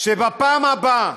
בפעם הבאה